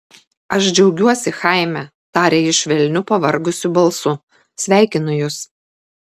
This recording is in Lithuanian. aš džiaugiuosi chaime tarė ji švelniu pavargusiu balsu sveikinu jus